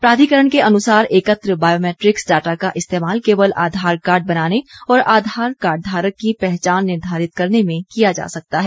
प्राधिकरण के अनुसार एकत्र बायोमेट्रिक्स डाटा का इस्तेमाल केवल आधार कार्ड बनाने और आधार कार्डघारक की पहचान निर्घारित करने में किया जा सकता है